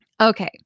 okay